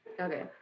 Okay